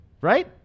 Right